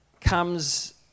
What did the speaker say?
comes